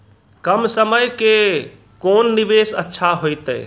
कम समय के कोंन निवेश अच्छा होइतै?